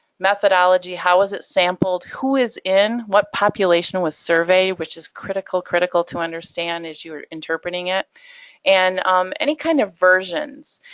methodology, how was it sampled, who is in what population was surveyed? which is critical critical to understand as you're interpreting it and any kind of versions.